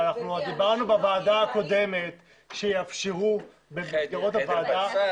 אבל דיברנו בוועדה הקודמת שיאפשרו במסגרות הוועדה.